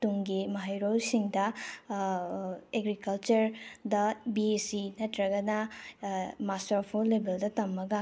ꯇꯨꯡꯒꯤ ꯃꯍꯩꯔꯣꯏꯁꯤꯡꯗ ꯑꯦꯒ꯭ꯔꯤꯀꯜꯆꯔꯗ ꯕꯤ ꯑꯦ ꯁꯤ ꯅꯠꯇ꯭ꯔꯒꯅ ꯃꯥꯁꯇꯔ ꯐꯥꯎ ꯂꯦꯕꯦꯜꯗ ꯇꯝꯃꯒ